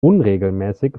unregelmäßig